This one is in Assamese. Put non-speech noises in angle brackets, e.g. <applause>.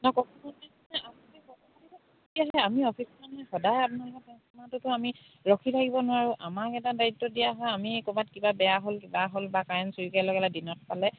<unintelligible> আমি অফিচ মানে সদায় আপোনালোককটোতো আমি ৰখি থাকিব নোৱাৰোঁ আমাক এটা দায়িত্ব দিয়া হয় আমি ক'ৰবাত কিবা বেয়া হ'ল কিবা হ'ল বা কাৰেণ্ট চুৰিকে লগালে দিনত পালে